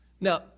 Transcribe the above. Now